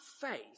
faith